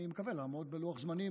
אני מקווה לעמוד בלוח זמנים